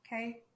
Okay